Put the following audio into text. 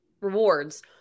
rewards